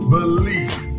Believe